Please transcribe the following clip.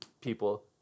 people